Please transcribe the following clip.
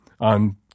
on